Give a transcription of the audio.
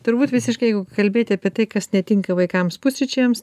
turbūt visiškai jeigu kalbėti apie tai kas netinka vaikams pusryčiams